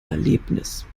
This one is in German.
erlebnis